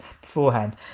beforehand